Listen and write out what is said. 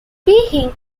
being